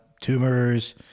tumors